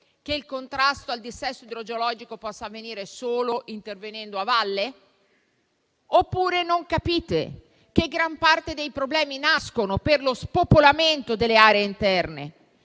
che il contrasto al dissesto idrogeologico possa avvenire solo intervenendo a valle? Oppure non capite che gran parte dei problemi nascono per lo spopolamento delle aree interne